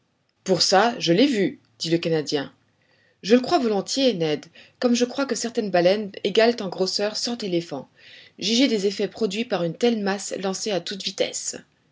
pour ça je l'ai vu dit le canadien je le crois volontiers ned comme je crois que certaines baleines égalent en grosseur cent éléphants jugez des effets produits par une telle masse lancée à toute vitesse